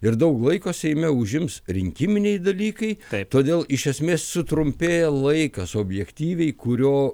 ir daug laiko seime užims rinkiminiai dalykai taip todėl iš esmės sutrumpėja laikas objektyviai kurio